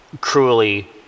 cruelly